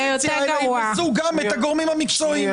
אלא ירמסו גם את הגורמים המקצועיים.